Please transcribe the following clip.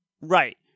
Right